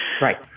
Right